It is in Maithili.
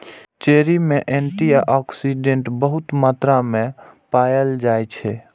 चेरी मे एंटी आक्सिडेंट बहुत मात्रा मे पाएल जाइ छै